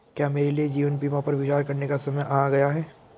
क्या मेरे लिए जीवन बीमा पर विचार करने का समय आ गया है?